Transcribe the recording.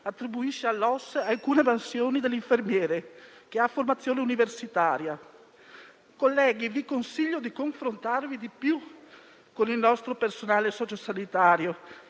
socio-sanitario alcune mansioni dell'infermiere che ha formazione universitaria. Colleghi, vi consiglio di confrontarvi di più con il nostro personale socio-sanitario.